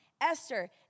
Esther